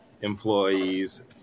employees